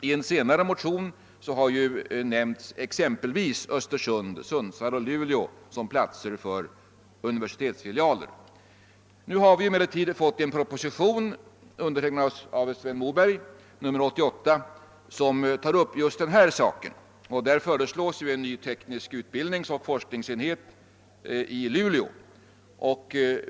I en senare motion har Östersund, Sundsvall och Luleå nämnts som tänkbara platser för universitetsfilialer. Nu har vi emellertid fått en proposition, nr 88, undertecknad av Sven Moberg, som tar upp just den här saken. Där föreslås en ny teknisk utbildningsoch forskningsenhet i Luleå.